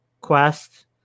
Quest